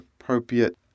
appropriate